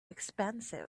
expensive